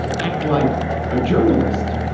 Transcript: act like a journalist.